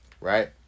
Right